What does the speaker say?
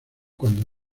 cuando